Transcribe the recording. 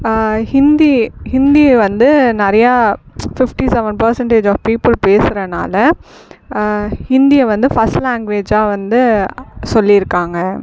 இந்தி இந்தி வந்து நிறையா fifty seven percentage of people பேசகிறனால இந்தியை வந்து பர்ஸ்ட் லாங்குவேஜாக வந்து சொல்லியிருக்காங்க